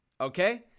okay